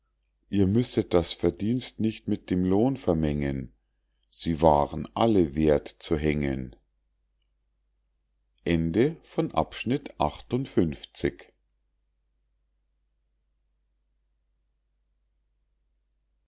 ihr müsset das verdienst nicht mit dem lohn vermengen sie waren alle werth zu hängen